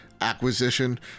acquisition